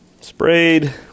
sprayed